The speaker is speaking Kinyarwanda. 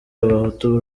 abahutu